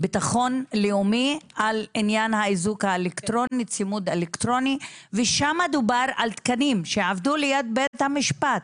על עניין האיזוק האלקטרוני ושם דובר על תקנים שיעבדו ליד בית המשפט,